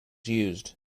used